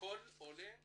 לכול עולה בשפתו.